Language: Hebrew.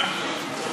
הצעת